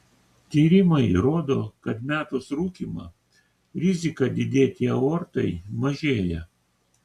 tyrimai rodo kad metus rūkymą rizika didėti aortai mažėja